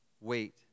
wait